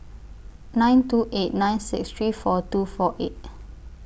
nine two eight nine six three four two four eight